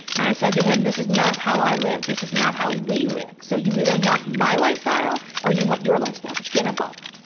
and i said to him, this is not how i live, this is now how we live. so you either want my lifestyle or you want your lifestyle, but you can't have both.